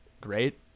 great